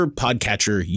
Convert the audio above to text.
podcatcher